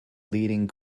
leading